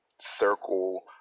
circle